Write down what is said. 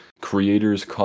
creators